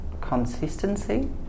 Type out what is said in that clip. consistency